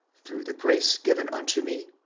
through the grace given unto me,